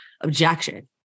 objection